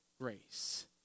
grace